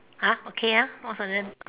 uh okay ah most of them